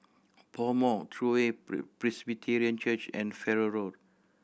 PoMo True Way Presbyterian Church and Farrer Road